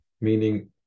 meaning